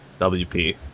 WP